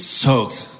soaked